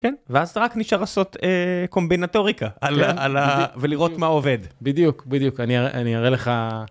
כן. ואז רק נשאר לעשות קומבינטוריקה על.על. בדיוק.בדיוק. ולראות מה עובד בדיוק בדיוק אני אראה לך.